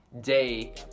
day